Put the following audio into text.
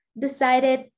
decided